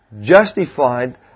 justified